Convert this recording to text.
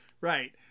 Right